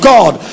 God